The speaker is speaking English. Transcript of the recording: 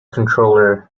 controller